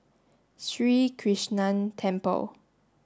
Sri Krishnan Temple